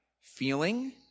Feeling